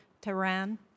Tehran